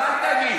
אל תגיד.